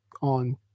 on